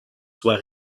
soit